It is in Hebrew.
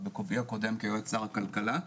עוד בכובעי הקודם כיועץ שר הכלכלה.